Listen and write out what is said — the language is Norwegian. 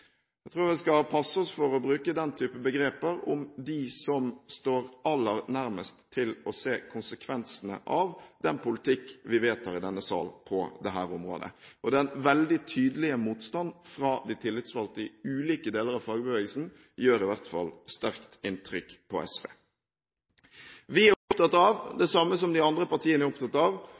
Jeg tror vi skal passe oss for å bruke den type begreper om dem som står aller nærmest til å se konsekvensene av den politikk vi vedtar i denne sal på dette området. Den veldig tydelige motstanden fra de tillitsvalgte i ulike deler av fagbevegelsen gjør i hvert fall sterkt inntrykk på SV. Vi er opptatt av det samme som de andre partiene er opptatt av